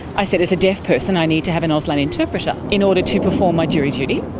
i said as a deaf person i need to have an auslan interpreter in order to perform my jury duty.